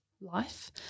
Life